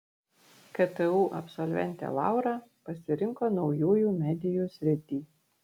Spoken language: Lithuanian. ktu absolventė laura pasirinko naujųjų medijų sritį